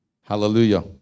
Hallelujah